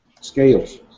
Scales